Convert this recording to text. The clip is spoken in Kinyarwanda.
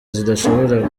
zidashobora